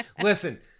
Listen